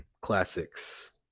classics